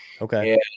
Okay